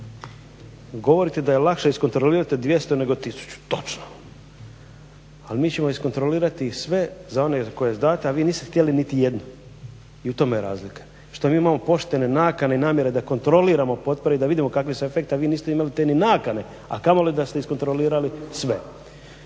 govorite da je lakše iskontrolirati 200 nego 1000, točno, ali mi ćemo iskontrolirati sve za one koje su date, a vi niste htjeli niti jedni i u tome je razlika, što mi imamo poštene nakane i namjere da kontroliramo potpore i da vidimo kakvi su efekti, a vi niste imali te ni nakane, a kamoli da ste iskontrolirali sve.